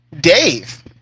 Dave